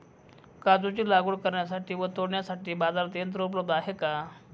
काजूची लागवड करण्यासाठी व तोडण्यासाठी बाजारात यंत्र उपलब्ध आहे का?